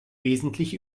wesentlich